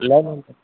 नाही म्हणतात